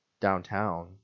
downtown